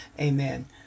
amen